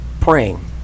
praying